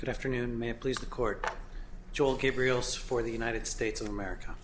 good afternoon ma'am please the court joel gabriel's for the united states of america